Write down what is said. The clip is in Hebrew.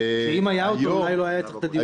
שאם היה אותו אולי לא היה צריך את הדיון הזה.